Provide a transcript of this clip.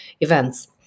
events